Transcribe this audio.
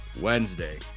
Wednesday